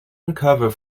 recover